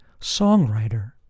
songwriter